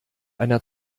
einer